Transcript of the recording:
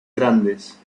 grandes